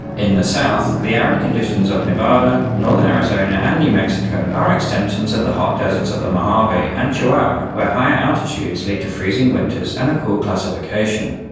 in the south, the arid conditions of nevada, northern arizona and new mexico are extensions of the hot deserts of the mojave and chihuahua, where higher altitudes lead to freezing winters and a cool classification.